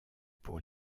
pour